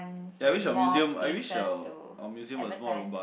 like I wish our museum I wish our our museum was more robust